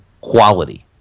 quality